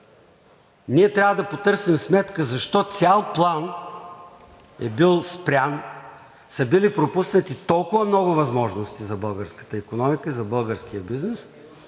ние трябва да потърсим сметка защо цял план е бил спрян, са били пропуснати толкова много възможности за българската икономика и за българския бизнес,